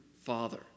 father